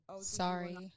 Sorry